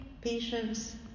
patience